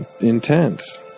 intense